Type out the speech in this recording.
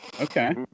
Okay